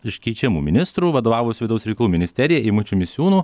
iš keičiamų ministrų vadovavosiu vidaus reikalų ministerijai eimučiu misiūnu